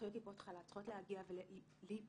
אחיות טיפות חלב צריכות להגיע ולהיפגש